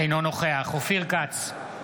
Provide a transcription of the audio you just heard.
אינו נוכח אופיר כץ,